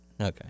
Okay